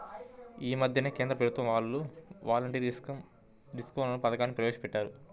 యీ మద్దెనే కేంద్ర ప్రభుత్వం వాళ్ళు యీ వాలంటరీ ఇన్కం డిస్క్లోజర్ పథకాన్ని ప్రవేశపెట్టారు